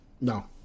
No